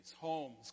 homes